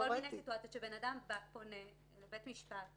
--- כל מיני סיטואציות שאדם פונה לבית משפט